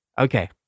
Okay